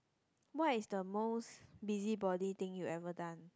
what is the most busybody thing you ever done